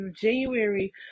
January